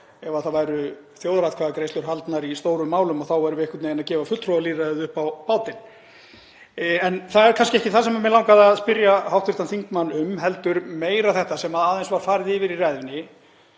ef það væru þjóðaratkvæðagreiðslur haldnar í stórum málum þá værum við einhvern veginn að gefa fulltrúalýðræðið upp á bátinn. En það er kannski ekki það sem mig langaði að spyrja hv. þingmann um, heldur meira þetta sem aðeins var farið yfir í ræðunni.